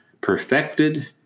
perfected